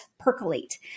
Percolate